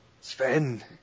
Sven